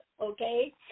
okay